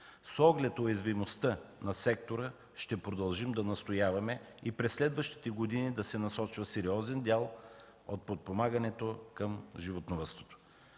С оглед уязвимостта на сектора ще продължим да настояваме и през следващите години да се насочва сериозен дял от подпомагането към животновъдството.